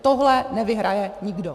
Tohle nevyhraje nikdo.